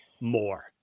more